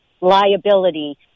liability